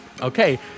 Okay